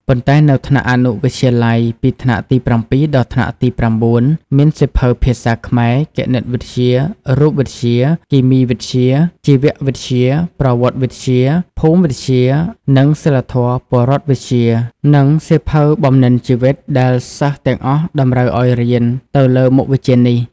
ប៉ុន្តែនៅថ្នាក់អនុវិទ្យាល័យ ពីថ្នាក់ទី៧ ដល់ថ្នាក់ទី៩ មានសៀវភៅភាសាខ្មែរ គណិតវិទ្យា រូបវិទ្យា គីមីវិទ្យា ជីវវិទ្យា ប្រវត្តិវិទ្យា ភូមិវិទ្យា និងសីលធម៌-ពលរដ្ឋវិជ្ជា និងសៀវភៅបំណិនជីវិត ដែលសិស្សទាំងអស់តម្រូវអោយរៀនទៅលើមុខវិជ្ជានេះ។